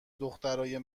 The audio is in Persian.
دخترای